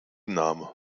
name